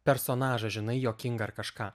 personažą žinai juokingą ar kažką